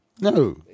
No